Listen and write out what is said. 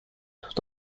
hat